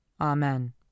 Amen